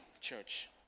church